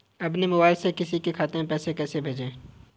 अपने मोबाइल से किसी के खाते में पैसे कैसे भेजें?